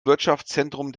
wirtschaftszentrum